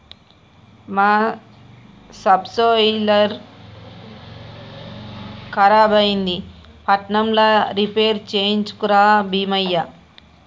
మన సబ్సోయిలర్ ఖరాబైంది పట్నంల రిపేర్ చేయించుక రా బీమయ్య